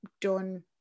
done